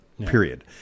period